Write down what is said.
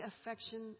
affection